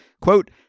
Quote